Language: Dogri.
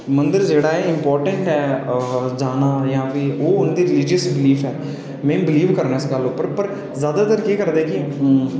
मंदर जेह्ड़ा ऐ इंम्पार्टेंट ऐ जाना फ्ही जा ओह् उं'दा रीलीजियस बिलीफ ऐ में बिलीव करना इस गल्लै उप्पर पर जादातर केह् करदे कि